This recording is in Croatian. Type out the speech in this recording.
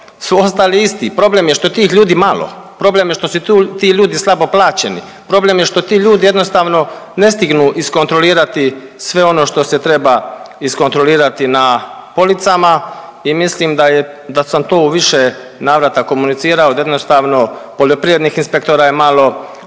su ostali isti, problem je što je tih ljudi malo, problem je što su ti ljudi slabo plaćeni, problem je što ti ljudi jednostavno ne stignu iskontrolirati sve ono što se treba iskontrolirati na policama i mislim da sam to u više navrata komunicirao da jednostavno poljoprivrednih inspektora je malo,